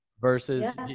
versus